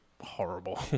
horrible